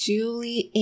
Julie